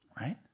Right